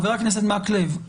חבר הכנסת מקלב,